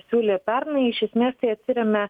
siūlė pernai iš esmės tai atsiremia